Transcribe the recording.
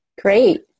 Great